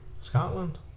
Scotland